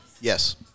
Yes